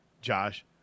Josh